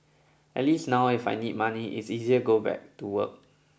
at least now if I need money it's easier go back to work